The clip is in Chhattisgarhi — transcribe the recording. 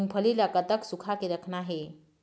मूंगफली ला कतक सूखा के रखना हे?